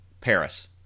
Paris